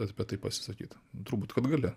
apie tai pasisakyt turbūt kad gali